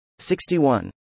61